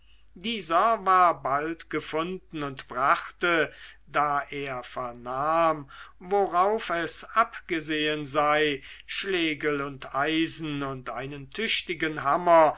dieser war bald gefunden und brachte da er vernahm worauf es abgesehen sei schlegel und eisen und einen tüchtigen hammer